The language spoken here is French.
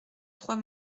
trois